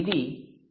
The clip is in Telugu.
ఇది ఇప్పటికీ 4